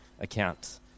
account